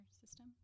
system